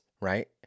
right